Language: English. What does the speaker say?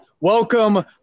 welcome